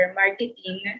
marketing